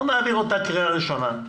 אנחנו נעביר אותה קריאה ראשונה,